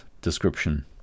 description